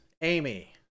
Amy